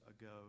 ago